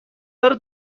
داره